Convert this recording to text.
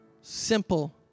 simple